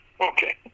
Okay